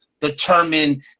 determine